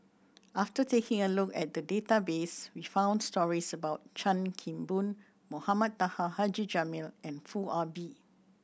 after taking a look at the database we found stories about Chan Kim Boon Mohamed Taha Haji Jamil and Foo Ah Bee